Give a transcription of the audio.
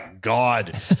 God